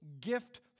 gift